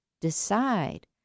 decide